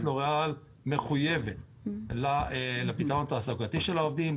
לוריאל מחויבת לפתרון תעסוקתי לעובדים,